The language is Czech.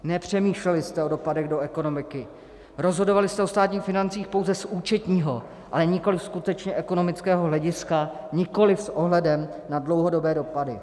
Nepřemýšleli jste o dopadech do ekonomiky, rozhodovali jste o státních financích pouze z účetního, ale nikoliv skutečně ekonomického hlediska, nikoliv s ohledem na dlouhodobé dopady.